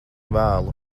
vēlu